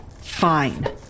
Fine